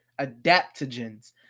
adaptogens